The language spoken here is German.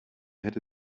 hätte